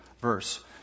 verse